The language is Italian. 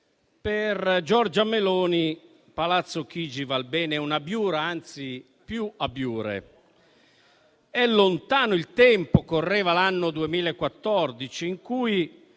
per Giorgia Meloni Palazzo Chigi val bene un'abiura, anzi più abiure. È lontano il tempo (correva l'anno 2014) in cui